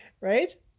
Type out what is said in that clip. right